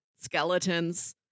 skeletons